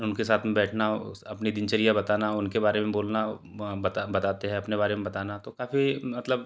उनके साथ में बैठना अपनी दिनचर्या बताना उनके बारे में बोलना बताते हैं अपने बारे में बताना तो काफ़ी मतलब